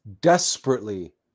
desperately